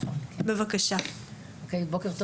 בוקר טוב